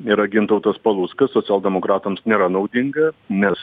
yra gintautas paluckas socialdemokratams nėra naudinga nes